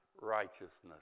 righteousness